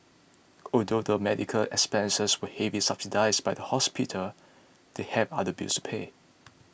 although the medical expenses were heavily subsidised by the hospital they had other bills to pay